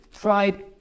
tried